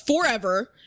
forever